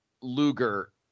Luger